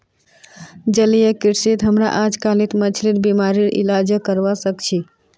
जलीय कृषित हमरा अजकालित मछलिर बीमारिर इलाजो करवा सख छि